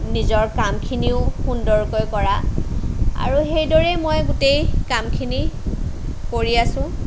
নিজৰ কামখিনিও সুন্দৰকৈ কৰা আৰু সেইদৰেই মই গোটেই কামখিনি কৰি আছো